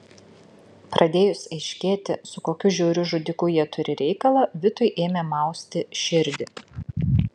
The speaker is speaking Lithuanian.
pradėjus aiškėti su kokiu žiauriu žudiku jie turi reikalą vitui ėmė mausti širdį